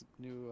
New